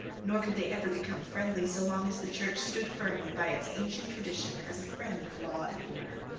nor could they ever become friendly so long as the church stood firmly by its ancient tradition as a friend of law and order.